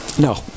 No